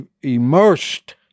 immersed